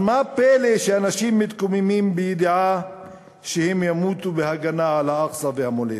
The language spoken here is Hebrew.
אז מה הפלא שאנשים מתקוממים בידיעה שהם ימותו בהגנה על אל-אקצא והמולדת?